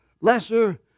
lesser